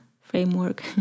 framework